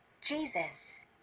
Jesus